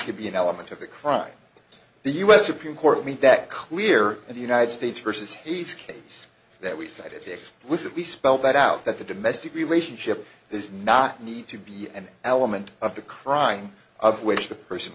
to be an element of the crime the u s supreme court made that clear the united states versus hese case that we said it explicitly spelled out that the domestic relationship does not need to be an element of the crime of which the person